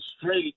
straight